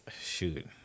shoot